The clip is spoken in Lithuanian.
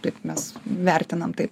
taip mes vertinam taip